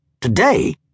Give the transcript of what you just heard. Today